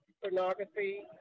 pornography